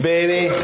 Baby